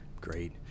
great